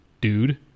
dude